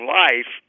life